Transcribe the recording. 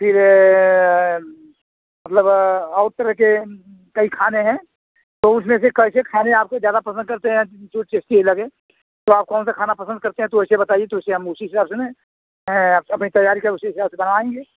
फिर मतलब और तरह के कई खाने हैं तो उसमें से कैसे खाने आपके ज्यादा पसंद करते हैं जो टेस्टी लगे तो आप कौन सा खाना पसंद करते हैं तो वैसे बताइए तो वैसे हम उसी हिसाब से ने अपनी तैयारी कर उसी हिसाब से बनाएँगे